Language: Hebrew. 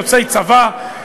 יוצאי צבא,